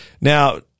now